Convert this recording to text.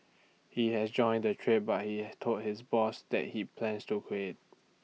he has joined the trade but he has told his boss that he plans to quit